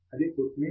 professor Arun K